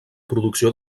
producció